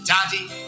Daddy